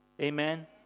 Amen